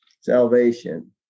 salvation